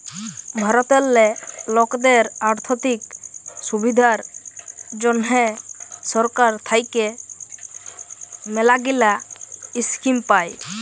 ভারতেল্লে লকদের আথ্থিক সুবিধার জ্যনহে সরকার থ্যাইকে ম্যালাগিলা ইস্কিম পায়